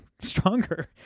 stronger